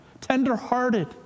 tenderhearted